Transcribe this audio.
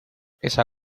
esa